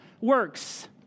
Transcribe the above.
works